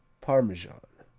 parmesan,